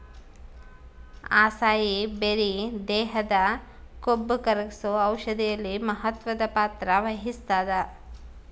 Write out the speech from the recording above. acai berry ದೇಹದ ಕೊಬ್ಬುಕರಗ್ಸೋ ಔಷಧಿಯಲ್ಲಿ ಮಹತ್ವದ ಪಾತ್ರ ವಹಿಸ್ತಾದ